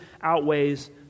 outweighs